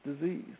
disease